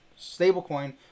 stablecoin